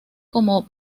como